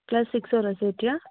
class ছিক্সত আছে এতিয়া